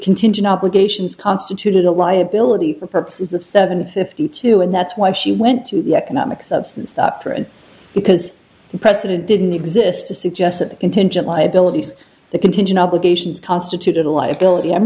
contingent obligations constituted a liability for purposes of seven fifty two and that's why she went to the economic substance up there and because the president didn't exist to suggest that the contingent liabilities the contingent obligations constituted a liability i'm